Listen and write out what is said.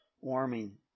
warming